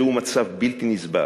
זהו מצב בלתי נסבל.